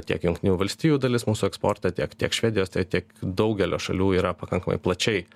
tiek jungtinių valstijų dalis mūsų eksportą tiek tiek švedijos tiek daugelio šalių yra pakankamai plačiai